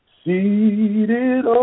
seated